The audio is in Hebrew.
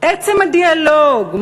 עצם הדיאלוג,